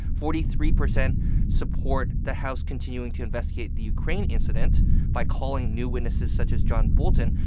forty-three percent support the house continuing to investigate the ukraine incident by calling new witnesses such as john bolton.